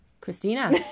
Christina